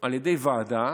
על ידי ועדה,